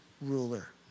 ruler